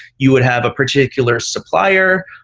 you would have a particular supplier.